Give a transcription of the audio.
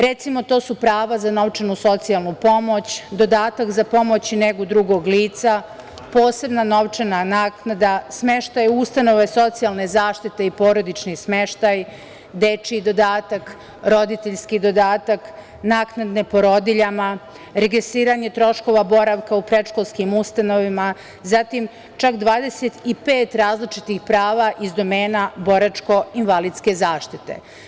Recimo, to su prava za novčanu socijalnu pomoć, dodatak za pomoć i negu drugog lica, posebna novčana naknada, smeštaj u ustanove socijalne zaštite i porodični smeštaj, dečiji dodatak, roditeljski dodatak, naknade porodiljama, regresiranje troškova boravka u predškolskim ustanovama, zatim, čak 25 različitih prava iz domena boračko-invalidske zaštite.